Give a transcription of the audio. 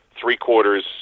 three-quarters